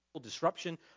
disruption